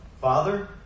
Father